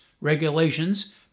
regulations